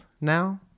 now